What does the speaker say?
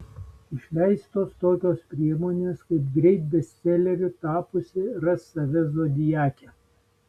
išleistos tokios priemonės kaip greit bestseleriu tapusi rask save zodiake